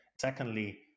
Secondly